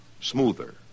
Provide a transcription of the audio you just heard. Smoother